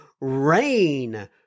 rain